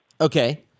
Okay